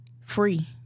Free